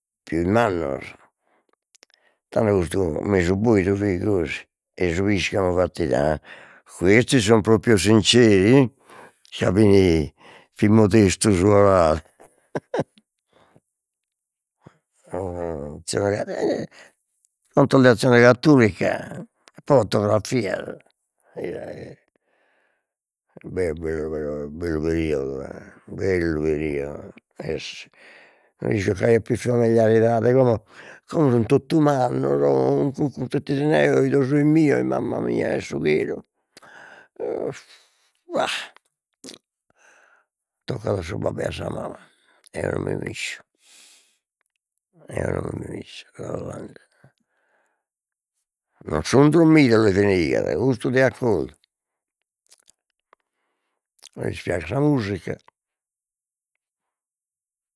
Pius mannos tando custu mesu boidu fit gosi ei su piscamu fatteit questi son proprio sinceri mi ca fit modestu su 'odale o azzione e contos de azzione cattolica, fotografias ira 'e bellu però, bellu periodo e bellu periodo essu essu c'aiat pius familiaridade como como sun totu mannos como sun totu totu isnellos 'ido sos mios mamma mia 'e su chelu o ua toccat a su babbu e a sa mama, eo non mi miscio, eo non nd'isco avanti, non sun drommidos los beneigat custu de accordu, non lis piaghet sa musica